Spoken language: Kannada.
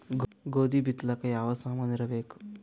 ಗೋಧಿ ಬಿತ್ತಲಾಕ ಯಾವ ಸಾಮಾನಿರಬೇಕು?